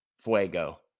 fuego